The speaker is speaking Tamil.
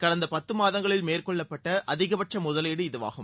கடந்த பத்து மாதங்களில் மேற்கொள்ளப்பட்ட அதிகபட்ச முதலீடு இதுவாகும்